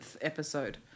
episode